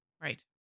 Right